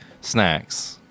snacks